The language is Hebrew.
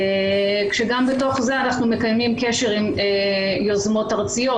כשגם בתוך זה אנחנו מקיימים קשר עם יוזמות ארציות,